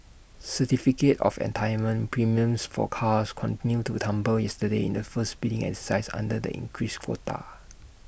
certificate of entitlement premiums for cars continued to tumble yesterday in the first bidding exercise under the increased quota